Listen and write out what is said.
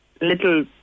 little